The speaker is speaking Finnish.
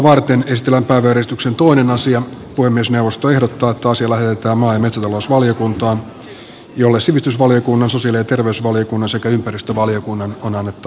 puhemiesneuvosto ehdottaa että asia lähetetään maa ja metsätalousvaliokuntaan jolle sivistysvaliokunnan sosiaali ja terveysvaliokunnan sekä ympäristövaliokunnan on annettava lausunto